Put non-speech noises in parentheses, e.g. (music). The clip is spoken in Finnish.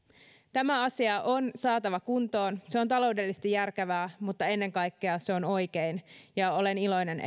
tämä asia on saatava kuntoon se on taloudellisesti järkevää mutta ennen kaikkea se on oikein ja olen iloinen (unintelligible)